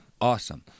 Awesome